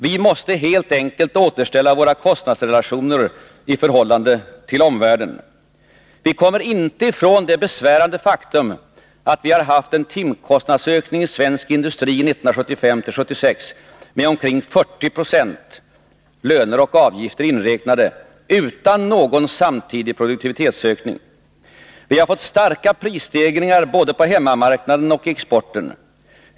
Vi måste helt enkelt återställa våra kostnadsrelationer i förhållande till omvärlden. Vi kommer inte ifrån det besvärande faktum att vi har haft en timkostnadsökning i svensk industri 1975-1976 med omkring 40 26, löner och avgifter inräknade, utan någon samtidig produktivitetsökning. Vi har fått starka prisstegringar både på hemmamarknaden och exporten.